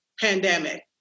pandemic